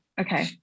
Okay